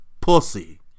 Pussy